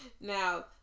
Now